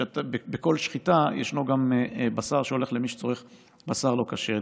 ובכל שחיטה ישנו גם בשר שהולך למי שצריך בשר לא כשר.